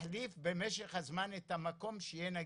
תחליף במשך הזמן את המקום שיהיה נגיש,